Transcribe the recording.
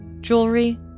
jewelry